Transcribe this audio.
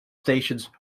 stations